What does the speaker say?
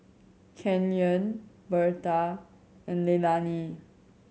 Kenyon Berta and Leilani